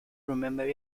remember